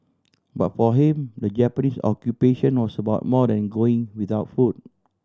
but for him the Japanese Occupation was about more than going without food